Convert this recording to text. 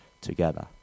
together